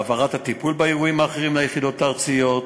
העברת הטיפול באירועים אחרים ליחידות ארציות,